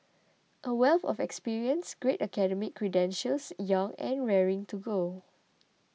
a wealth of experience great academic credentials young and raring to go